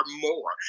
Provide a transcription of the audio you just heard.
more